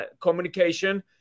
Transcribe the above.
communication